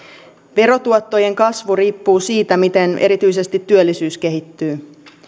verotuottojen kasvu riippuu siitä miten erityisesti työllisyys kehittyy